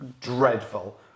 dreadful